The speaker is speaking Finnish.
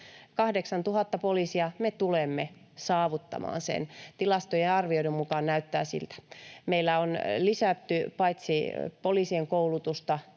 8 000 poliisia — me tulemme saavuttamaan sen. Tilastojen ja arvioiden mukaan näyttää siltä. Meillä on lisätty poliisien koulutusta,